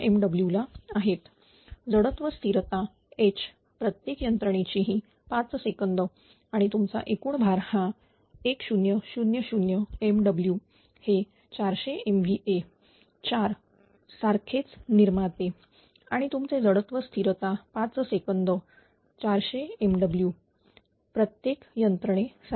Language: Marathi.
जडत्व स्थिरता H प्रत्येक यंत्रणेची ही 5 सेकंद आणि तुमचा एकूण भार हा1000 MW हे 400 MVA 4 चार सारखेच निर्माते आणि तुमचे जडत्व स्थिरता 5 सेकंद 400 MW प्रत्येक यंत्रणेसाठी